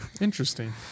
interesting